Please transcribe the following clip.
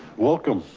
welcome.